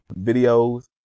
videos